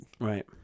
right